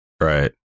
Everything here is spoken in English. Right